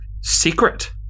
Secret